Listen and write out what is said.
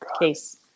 case